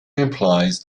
implies